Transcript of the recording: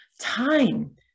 time